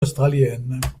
australiennes